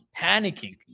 panicking